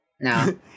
No